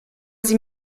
sie